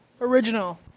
original